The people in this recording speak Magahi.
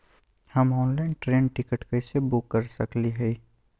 हम ऑनलाइन ट्रेन टिकट कैसे बुक कर सकली हई?